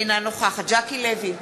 אינה נוכחת ז'קי לוי,